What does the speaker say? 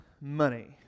money